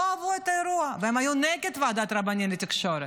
לא אהבו את האירוע והיו נגד ועדת רבנים לתקשורת.